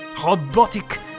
robotic